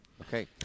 Okay